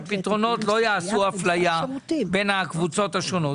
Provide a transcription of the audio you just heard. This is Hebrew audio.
שהפתרונות לא יעשו אפליה בין הקבוצות השונות.